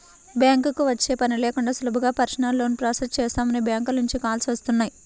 బ్యాంకుకి వచ్చే పని లేకుండా సులభంగా పర్సనల్ లోన్ ప్రాసెస్ చేస్తామని బ్యాంకుల నుంచి కాల్స్ వస్తున్నాయి